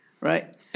right